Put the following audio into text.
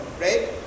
right